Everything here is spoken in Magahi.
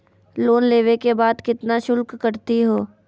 लोन लेवे के बाद केतना शुल्क कटतही हो?